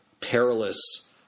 perilous